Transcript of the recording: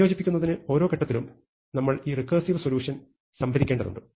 സംയോജിപ്പിക്കുന്നതിന് ഓരോ ഘട്ടത്തിലും നമ്മൾ ഈ റെക്കേർസിവ് സൊല്യൂഷൻ സംഭരിക്കേണ്ടതുണ്ട്